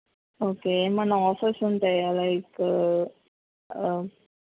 okay ఏమైనా offers ఉంటాయా like